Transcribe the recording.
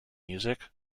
music